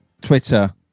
Twitter